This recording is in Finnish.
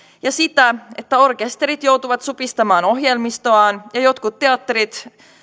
ja sitä että orkesterit joutuvat supistamaan ohjelmistoaan ja jotkut teatterit